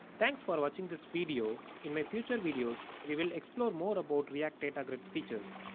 thanks for watching this video in my future videos. we will explore more about react data grid features.